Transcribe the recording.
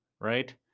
right